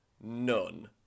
none